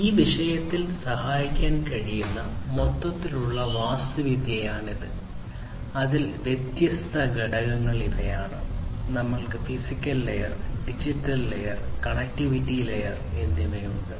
ഈ വിഷയത്തിൽ സഹായിക്കാൻ കഴിയുന്ന മൊത്തത്തിലുള്ള വാസ്തുവിദ്യയാണ് ഇത് അതിൽ വ്യത്യസ്ത ഘടകങ്ങൾ ഇവയാണ് നമ്മൾക്ക് physical layer digital layer connectivity layer എന്നിവയുണ്ട്